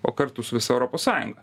o kartu su visa europos sąjunga